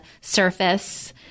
surface